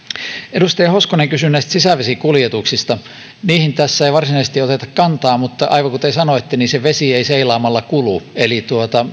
edustaja hoskonen kysyi näistä sisävesikuljetuksista niihin tässä ei varsinaisesti oteta kantaa mutta aivan kuten sanoitte se vesi ei seilaamalla kulu eli